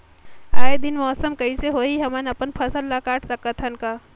आय दिन मौसम कइसे होही, हमन अपन फसल ल काट सकत हन का?